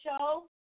show